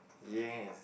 yes